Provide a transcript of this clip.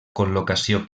col·locació